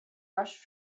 rushed